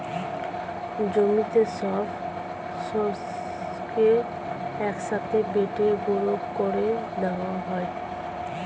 জমিতে সব শস্যকে এক সাথে বেটে গুঁড়ো করে দেওয়া হয়